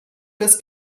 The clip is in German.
das